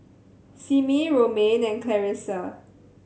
Simmie Romaine and Clarissa